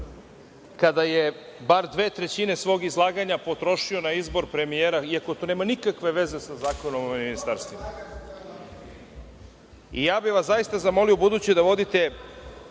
kada je bar dve trećine svog izlaganja potrošio na izbor premijera, iako to nema nikakve veze sa Zakonom o ministarstvima. Zaista bih vas zamolio ubuduće da vodite